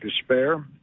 Despair